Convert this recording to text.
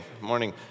Morning